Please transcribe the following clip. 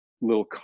little